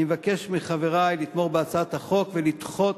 אני מבקש מחברי לתמוך בהצעת החוק ולדחות